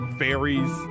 fairies